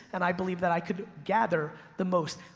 and i believe that i could gather the most.